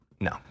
no